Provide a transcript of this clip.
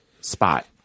spot